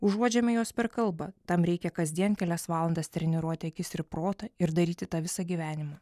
užuodžiame juos per kalbą tam reikia kasdien kelias valandas treniruoti akis ir protą ir daryti tą visą gyvenimą